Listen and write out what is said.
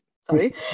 Sorry